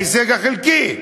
ההישג החלקי,